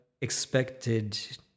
expected